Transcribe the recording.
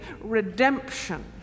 redemption